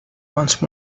once